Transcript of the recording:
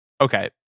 Okay